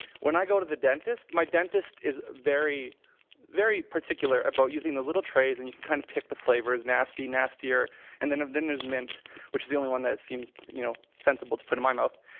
when i go to the dentist, my dentist is very very particular about using the little trays and you can kind of pick the flavour, nasty, nastier and then um then there's mint which is the only one that seems you know sensible to put in my mouth.